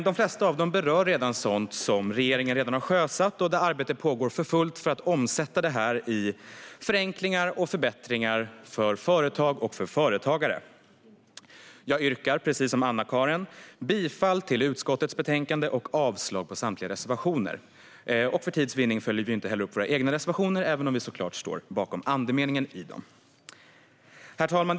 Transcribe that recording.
De flesta av dem berör dock sådant som regeringen redan har sjösatt, där arbete pågår för fullt för att omsätta detta i förenklingar och förbättringar för företag och företagare. Jag yrkar, precis som Anna-Caren, bifall till förslaget i utskottets betänkande och avslag på samtliga reservationer. För tids vinnande följer vi inte heller upp våra egna reservationer, även om vi såklart står bakom andemeningen i dem. Herr talman!